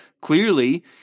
Clearly